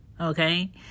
Okay